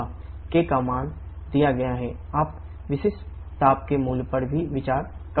K का मान दिया गया है आप विशिष्ट ताप के मूल्य पर भी विचार कर सकते हैं